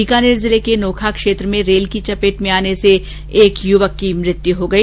बीकानेर जिले के नोखा क्षेत्र में रेल की चपेट में आने से एक युवक की मृत्यु हो गई